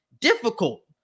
difficult